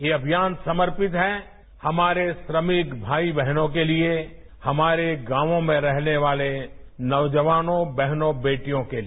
ये अभियान समर्पित है हमारे श्रमिक भाई बहनों के लिए हमारे गांवों में रहने वाले नौजवानों बहनों बेटियों के लिए